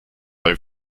beim